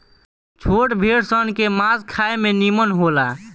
छोट भेड़ सन के मांस खाए में निमन होला